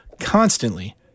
constantly